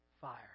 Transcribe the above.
fire